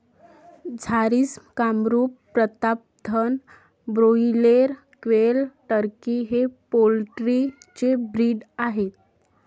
Jharsim, Kamrup, Pratapdhan, broiler, quail, turkey हे poultry चे breed आहेत